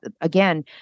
again